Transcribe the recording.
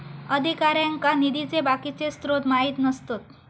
अधिकाऱ्यांका निधीचे बाकीचे स्त्रोत माहित नसतत